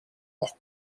auch